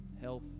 health